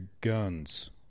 guns